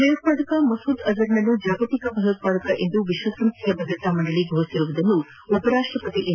ಭಯೋತ್ವಾದಕ ಮಸೂದ್ ಅಜರ್ನನ್ನು ಜಾಗತಿಕ ಭಯೋತ್ವಾದಕ ಎಂದು ವಿಶ್ವಸಂಸ್ಣೆಯ ಭದ್ರತಾ ಮಂದಳಿ ಘೋಷಿಸಿರುವುದನ್ನು ಉಪರಾಷ್ಟ ಪತಿ ಎಂ